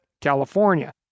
California